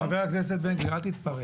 חבר הכנסת בן גביר, אל תתפרץ.